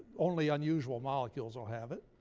only unusual molecules will have it.